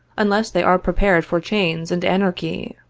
unless they are prepared for chains and anarchy.